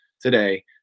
today